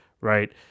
right